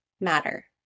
matter